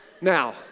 Now